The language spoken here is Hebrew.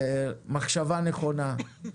מחשבה נכונה.